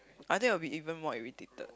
I think will be even more irritated